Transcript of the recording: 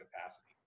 capacity